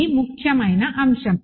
ఇది ముఖ్యమైన అంశం